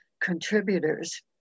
contributors